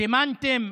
זימנתם